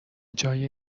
جای